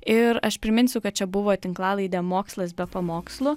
ir aš priminsiu kad čia buvo tinklalaidė mokslas be pamokslų